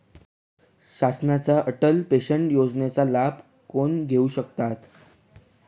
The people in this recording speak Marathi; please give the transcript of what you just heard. शासनाच्या अटल पेन्शन योजनेचा लाभ कोण घेऊ शकतात?